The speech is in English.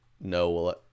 no